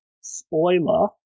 spoiler